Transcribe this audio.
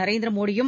நரேந்திரமோடியும்